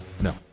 No